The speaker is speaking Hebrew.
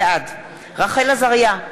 בעד רחל עזריה,